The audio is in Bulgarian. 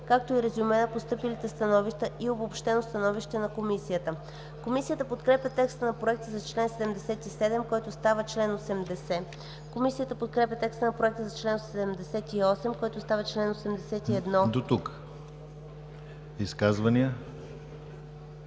както и резюме на постъпилите становища и обобщено становище на комисията.“ Комисията подкрепя текста на Проекта за чл. 77, който става чл. 80. Комисията подкрепя текста на Проекта за чл. 78, който става чл. 81. ПРЕДСЕДАТЕЛ